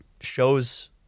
shows